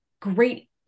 great